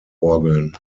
orgeln